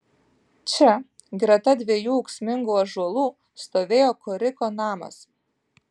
čia greta dviejų ūksmingų ąžuolų stovėjo koriko namas